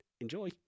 Enjoy